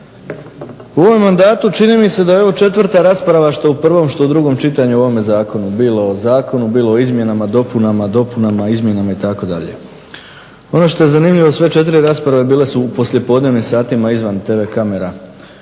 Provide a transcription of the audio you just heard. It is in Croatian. U ovom mandatu čini mi se da je ovo četvrta rasprava što u prvom, što u drugom čitanju u ovome zakonu, bilo o zakonu, bilo o izmjenama, dopunama, dopunama izmjenama itd. Ono što je zanimljivo sve četiri rasprave bile su u poslijepodnevnim satima izvan tv kamera.